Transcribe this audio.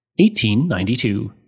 1892